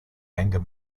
anger